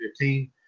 2015